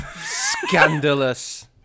Scandalous